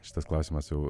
šitas klausimas jau